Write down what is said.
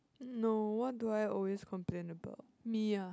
no what do I always complain about me ah